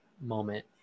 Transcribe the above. moment